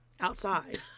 Outside